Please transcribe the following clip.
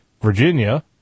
Virginia